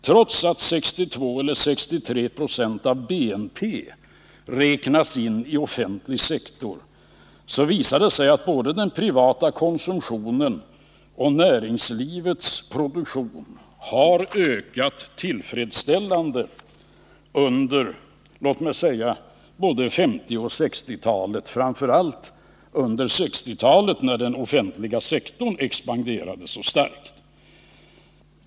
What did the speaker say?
Trots att 62 eller 63 70 av BNP räknas in i den offentliga sektorn, visar det sig att både den privata konsumtionen och näringslivets produktion har ökat tillfredsställande under låt mig säga 1950 och 1960-talen, framför allt under 1960-talet när den offentliga sektorn expanderade så starkt.